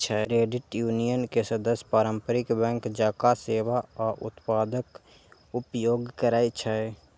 credit union के सदस्य पारंपरिक बैंक जकां सेवा आ उत्पादक उपयोग करै छै